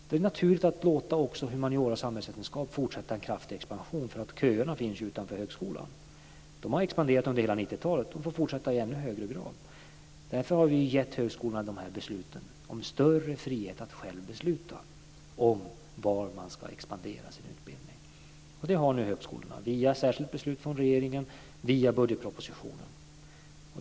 Det är naturligt att låta också humaniora och samhällsvetenskap fortsätta sin kraftiga expansion, för köerna finns ju utanför högskolan. De har expanderat under hela 90-talet, och de får fortsätta i ännu högre grad. Därför har vi gett högskolorna de här besluten om större frihet att själva besluta om var man ska expandera sin utbildning. Det har nu högskolorna via särskilt beslut från regeringen, via budgetpropositionen.